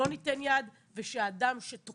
קידמנו אז את החוק וראינו איך זה קורה בפועל.